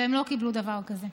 והם לא קיבלו דבר כזה.